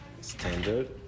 standard